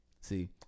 See